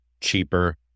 cheaper